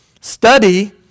Study